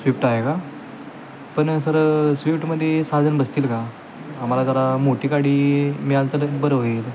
Swift आहे का पण सर स्विफ्टमध्ये सहाजण बसतील का आम्हाला जरा मोठी गाडी मिळालं तर बरं होईल